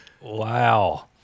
Wow